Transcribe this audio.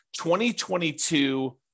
2022